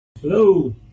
Hello